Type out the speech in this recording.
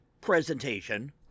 presentation